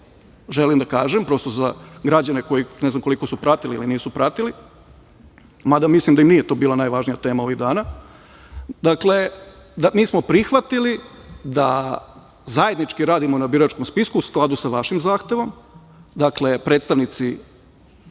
želim da kažem, prosto, za građane koji ne znam koliko su pratili ili nisu pratili, mada mislim da im to nije bila najvažnija tema ovih dana. Dakle, mi smo prihvatili da zajednički radimo na biračkom spisku u skladu sa vašim zahtevom. Dakle, predstavnici